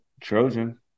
Trojan